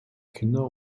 kinder